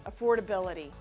affordability